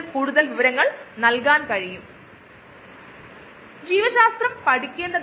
ഇതിനു ചില ഗുണങ്ങളും ദോഷങ്ങളും ഉണ്ട് സ്റ്റിർഡ് ടാങ്ക് ബയോറിയാക്ടറേ അപേക്ഷിച്ചു